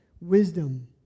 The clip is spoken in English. wisdom